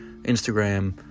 Instagram